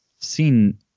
seen